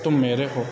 تم میرے ہو